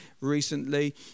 recently